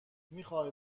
میخوای